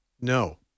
No